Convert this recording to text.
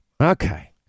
Okay